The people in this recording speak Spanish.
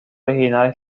original